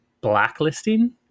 blacklisting